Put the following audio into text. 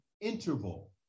interval